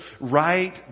right